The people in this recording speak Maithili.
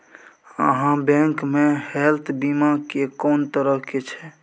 आहाँ बैंक मे हेल्थ बीमा के कोन तरह के छै?